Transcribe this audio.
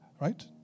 right